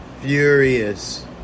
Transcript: furious